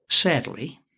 Sadly